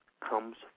comes